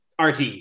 RT